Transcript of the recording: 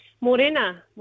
Morena